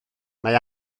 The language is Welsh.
mae